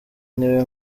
niwe